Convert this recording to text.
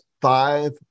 five